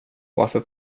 varför